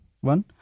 one